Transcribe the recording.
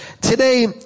Today